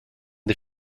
die